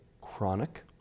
chronic